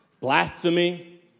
blasphemy